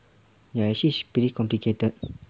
ya actually it's pretty complicated